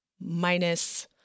minus